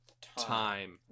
time